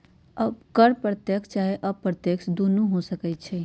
कर प्रत्यक्ष चाहे अप्रत्यक्ष दुन्नो हो सकइ छइ